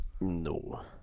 No